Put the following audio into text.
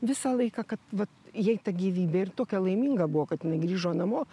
visą laiką kad vat jei ta gyvybė ir tokia laiminga buvo kad jinai grįžo namo